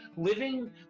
living